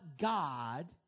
God